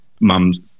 mums